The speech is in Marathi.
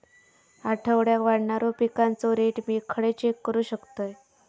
आठवड्याक वाढणारो पिकांचो रेट मी खडे चेक करू शकतय?